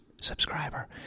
subscriber